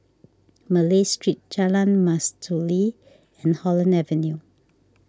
Malay Street Jalan Mastuli and Holland Avenue